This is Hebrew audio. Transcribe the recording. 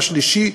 השלישי,